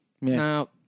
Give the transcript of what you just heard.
Now